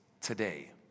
today